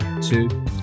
Two